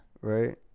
Right